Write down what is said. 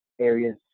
areas